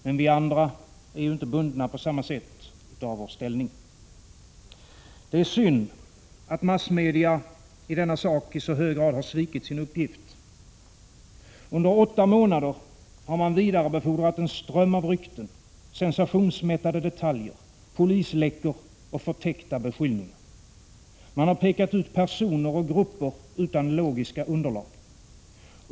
Men vi andra är inte bundna på samma sätt av vår ställning. Det är synd att massmedia i denna sak i så hög grad svikit sin uppgift. Under åtta månader har man vidarebefordrat en ström av rykten, sensationsmättade detaljer, polisläckor och förtäckta beskyllningar. Man har pekat ut personer och grupper utan logiska underlag.